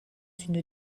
une